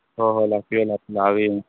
ꯍꯣ ꯍꯣ ꯂꯥꯛꯄꯤꯌꯣ ꯂꯥꯛ ꯂꯥꯛꯑꯒ ꯌꯦꯡꯉꯣ